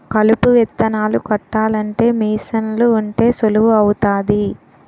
కలుపు విత్తనాలు కొట్టాలంటే మీసన్లు ఉంటే సులువు అవుతాది